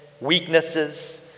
weaknesses